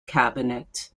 cabinet